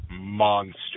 monster